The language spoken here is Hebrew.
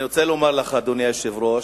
אני רוצה לומר לך, אדוני היושב-ראש,